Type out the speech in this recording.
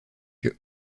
que